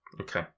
Okay